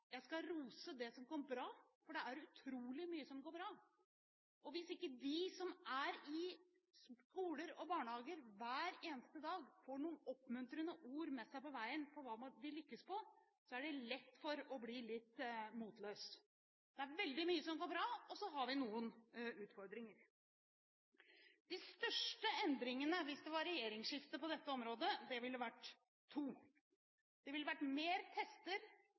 jeg våkner, at jeg skal rose det som går bra, for det er utrolig mye som går bra. Hvis ikke de som er i skoler og barnehager hver eneste dag får noen oppmuntrende ord med seg på veien om hva en lykkes med, er det lett å bli litt motløs. Det er veldig mye som går bra, og så har vi noen utfordringer. Hvis det blir regjeringsskifte, vil det bli to store endringer på dette området. Det ville bli mer tester